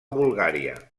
bulgària